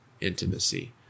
intimacy